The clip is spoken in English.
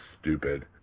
stupid